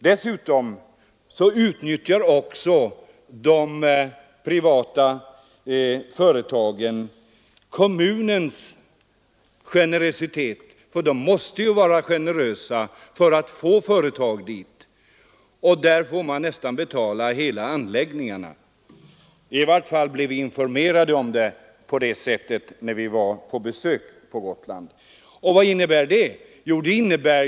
Dessutom utnyttjar de privata företagen kommunens generositet. Kommunen måste ju vara generös för att få företag att lokalisera sig dit och får betala nästan hela kostnaden för företagens anläggningar. I vart fall fick vi sådana informationer när vi besökte Gotland. Och vad blir följden av detta?